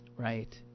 Right